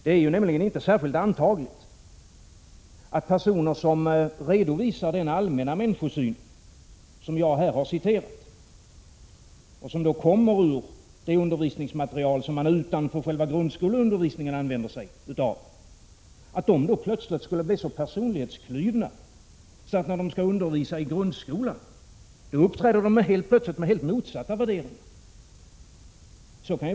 Det är nämligen inte särskilt antagligt att personer som redovisar den allmänna människosyn som jag här har citerat och som kommer ur det undervisningsmaterial som man utanför själva grundskoleundervisningen använder sig av plötsligt skulle bli så personlighetskluvna att de, när de skall undervisa i grundskolan, uppträder med helt motsatta värderingar.